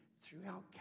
throughout